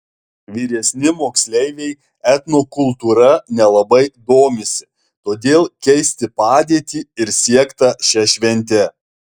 vyresni moksleiviai etnokultūra nelabai domisi todėl keisti padėtį ir siekta šia švente